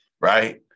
right